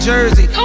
Jersey